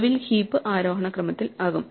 ഒടുവിൽ ഹീപ്പ് ആരോഹണ ക്രമത്തിൽ ആകും